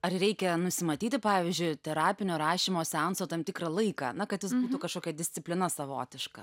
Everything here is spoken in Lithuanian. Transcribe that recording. ar reikia nusimatyti pavyzdžiui terapinio rašymo seanso tam tikrą laiką na kad būtų kažkokia disciplina savotiška